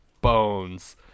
bones